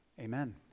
amen